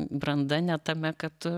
branda ne tame kad tu